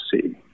see